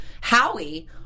Howie